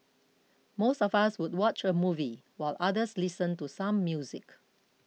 most of us would watch a movie while others listen to some music